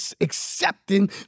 accepting